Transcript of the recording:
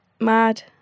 mad